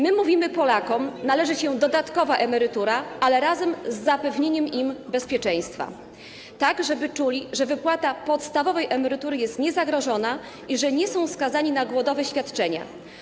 My mówimy: Polakom należy się dodatkowa emerytura, ale razem z zapewnieniem im bezpieczeństwa, tak żeby czuli, że wypłata podstawowej emerytury jest niezagrożona i że nie są skazani na głodowe świadczenia.